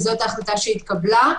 וזו ההחלטה שהתקבלה.